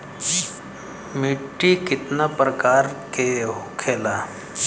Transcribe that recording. मिट्टी कितना प्रकार के होखेला?